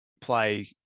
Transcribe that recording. play